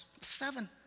Seven